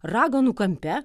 raganų kampe